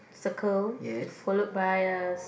circle follow by a